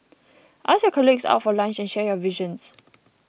ask your colleagues out for lunch and share your visions